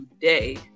today